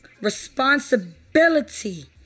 responsibility